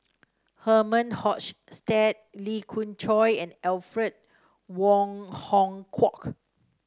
Herman Hochstadt Lee Khoon Choy and Alfred Wong Hong Kwok